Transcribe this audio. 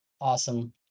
Awesome